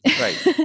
Right